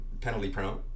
penalty-prone